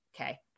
okay